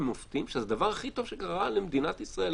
ובמופתים שזה הדבר הכי טוב שקרה למדינת ישראל,